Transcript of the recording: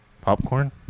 popcorn